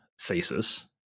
thesis